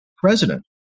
president